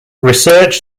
research